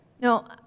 No